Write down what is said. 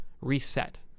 reset